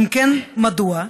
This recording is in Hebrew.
2. אם כן, מדוע?